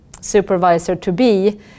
supervisor-to-be